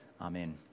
Amen